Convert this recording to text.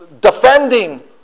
defending